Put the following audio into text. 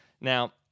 Now